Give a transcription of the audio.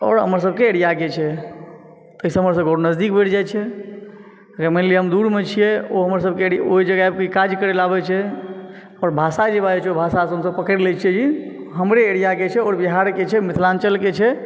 आओर हमर सभक एरियाके छै ताहिसँ हमर सभक नजदीक बढ़ि जाइ छै मानि लिअ हम दूर मे छियै ओ हमर सभक जगह पर काज करै लऽ आबै छै आओर भाषा जे बाजै छै ओ भाषासँ हमसभ पकड़ि लै छियै जे ई हमरे एरियाके छै आओर बिहारके छै मिथिलाञ्चलके छै